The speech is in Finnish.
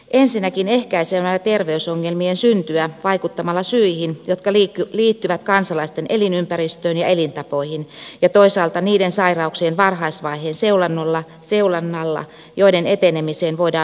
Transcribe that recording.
ensinnäkin ehkäisemällä terveysongelmien syntyä vaikuttamalla syihin jotka liittyvät kansalaisten elinympäristöön ja elintapoihin ja toisaalta varhaisvaiheen seulonnalla niiden sairauksien osalta joiden etenemiseen voidaan vaikuttaa